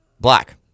Black